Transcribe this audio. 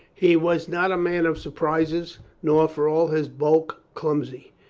he was not a man of surprises, nor for all his bulk, clumsy.